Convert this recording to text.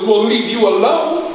will leave you alone